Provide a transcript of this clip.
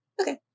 Okay